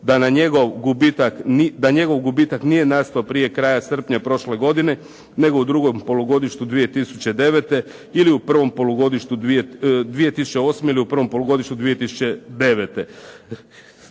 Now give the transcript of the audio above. da njegov gubitak nije nastao prije kraja srpnja prošle godine, nego u drugom polugodištu 2009. ili u prvom polugodištu 2008. ili u prvom polugodištu 2009.